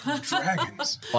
dragons